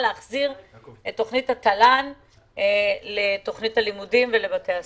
להחזיר את תכנית התל"ן לבתי הספר.